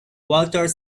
walter